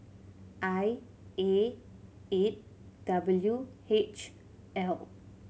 I A eight W H L